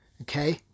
Okay